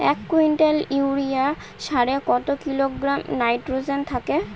এক quintal urea সারে কত কিলোগ্রাম নাইট্রোজেন থাকে?